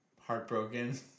heartbroken